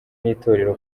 n’itorero